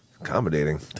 Accommodating